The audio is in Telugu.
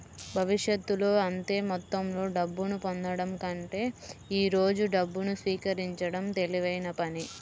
భవిష్యత్తులో అంతే మొత్తంలో డబ్బును పొందడం కంటే ఈ రోజు డబ్బును స్వీకరించడం తెలివైన పని